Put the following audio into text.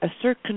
assert